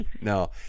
No